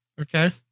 okay